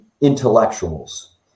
intellectuals